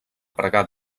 pregar